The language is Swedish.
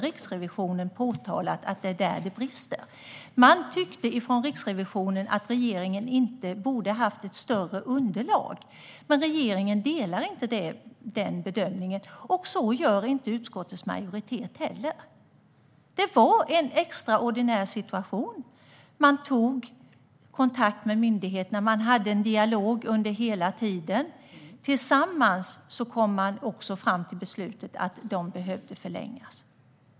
Riksrevisionen har inte påtalat några brister där. Riksrevisionen tycker att regeringen borde ha haft ett större underlag. Regeringen delar inte den bedömningen, och det gör inte utskottsmajoriteten heller. Det var en extraordinär situation. Man tog kontakt med myndigheterna, och man hade en dialog under hela tiden. Tillsammans kom man fram till beslutet att gränskontrollerna behövde förlängas.